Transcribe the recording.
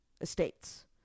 estates